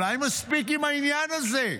אולי מספיק עם העניין הזה?